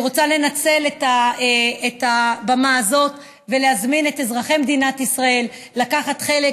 אני רוצה לנצל את הבמה הזאת ולהזמין את אזרחי מדינת ישראל לקחת חלק